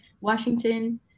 Washington